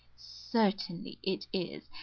certainly it is.